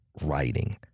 writing